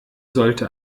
sollte